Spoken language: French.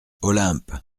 olympe